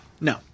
No